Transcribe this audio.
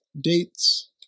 dates